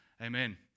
Amen